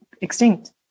extinct